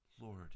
Lord